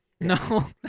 No